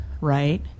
right